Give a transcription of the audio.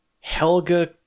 Helga